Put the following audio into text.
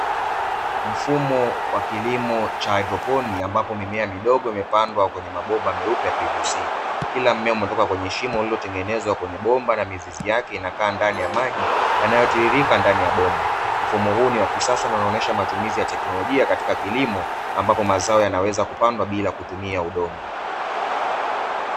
Mfumo wa kilimo cha Haidroponi. Ambapo mimea midogo imepandwa kwenye mabopa meupe ya pvc kila mmetoka kwenye shimo lililotengenezwa kwenye bomba na mizizi yake inakaa ndani ya maji yanayotiririka ndani ya bomba. Mfumo huu ni wa kisasa na unaonyesha matumizi ya teknolojia katika kilimo ambapo mazao yanaweza kupandwa bila kutumia udongo.